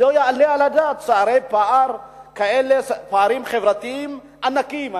לא יעלה על הדעת שיהיו כאלה פערים חברתיים ענקיים.